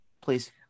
Please